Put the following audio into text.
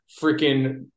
freaking